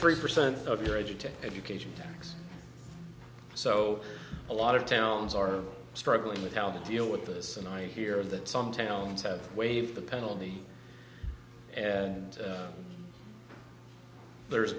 three percent of your education education tax so a lot of towns are struggling with how to deal with this and i hear that some towns have waived the penalty and there's